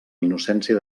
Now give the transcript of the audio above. innocència